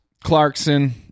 Clarkson